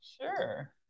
Sure